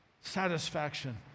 satisfaction